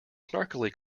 snarkily